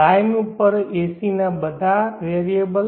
line ઉપર AC નાં બધા વેરિયેબલ